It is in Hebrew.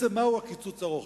מהו הקיצוץ הרוחבי?